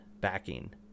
backing